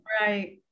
Right